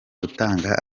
gutanga